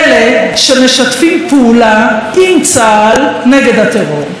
אלה שמשתפים פעולה עם צה"ל נגד הטרור.